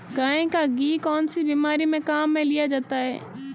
गाय का घी कौनसी बीमारी में काम में लिया जाता है?